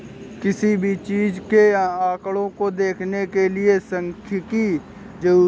किसी भी चीज के आंकडों को देखने के लिये सांख्यिकी जरूरी हैं